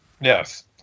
Yes